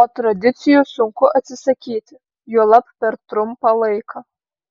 o tradicijų sunku atsisakyti juolab per trumpą laiką